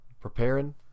preparing –